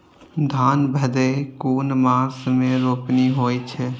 धान भदेय कुन मास में रोपनी होय छै?